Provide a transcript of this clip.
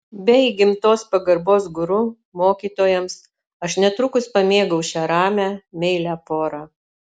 be įgimtos pagarbos guru mokytojams aš netrukus pamėgau šią ramią meilią porą